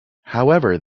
however